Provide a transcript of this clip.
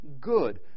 good